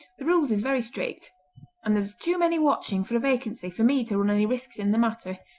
the rules is very strict and there's too many watching for a vacancy for me to run any risks in the matter.